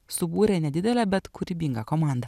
subūrė nedidelę bet kūrybingą komandą